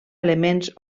elements